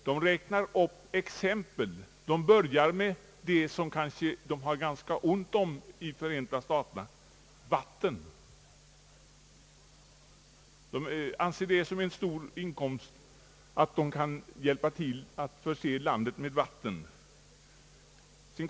De räknar upp exempel och börjar med det som man kanske har ganska ont om i Förenta staterna, nämligen vatten. De anser det som en stor inkomst att de kan hjälpa till att förse landet med färskvatten.